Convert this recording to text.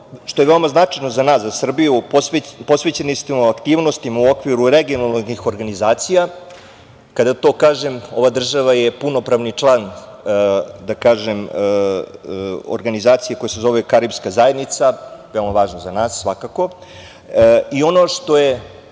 što je veoma značajno za nas, za Srbiju, posvećeni smo aktivnostima u okviru regionalnih organizacija. Kada to kažem, ova država je punopravni član organizacije koja se zove Karipska zajednica, veoma važna za nas i ono što je